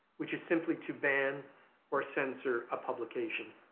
which is simply to ban or censor a publication.